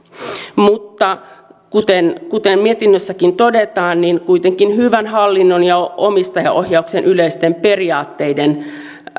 mutta kuten kuten mietinnössäkin todetaan kuitenkin hyvän hallinnon ja omistajaohjauksen yleisten periaatteiden